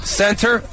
center